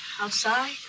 outside